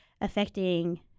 affecting